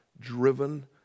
driven